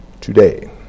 today